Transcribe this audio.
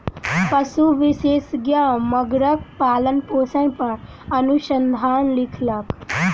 पशु विशेषज्ञ मगरक पालनपोषण पर अनुसंधान लिखलक